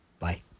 Bye